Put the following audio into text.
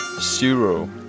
zero